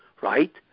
right